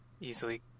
easily